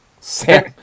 Sam